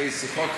אחרי שיחות